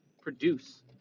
produce